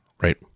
Right